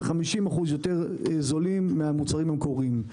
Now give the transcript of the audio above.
ו-50% יותר זולים מהמוצרים המקוריים.